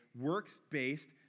works-based